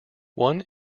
one